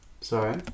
Sorry